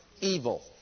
Evil